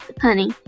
Honey